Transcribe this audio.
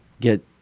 get